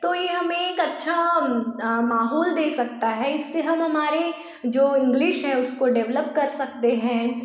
तो यह हमें एक अच्छा माहौल दे सकता है इससे हम हमारे जो इंग्लिस है उसको डेवलप कर सकते हैं